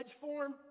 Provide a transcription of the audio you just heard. form